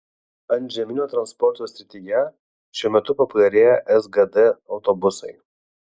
antžeminio transporto srityje šiuo metu populiarėja sgd autobusai